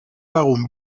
lagun